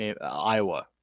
Iowa